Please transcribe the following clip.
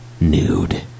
nude